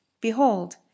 behold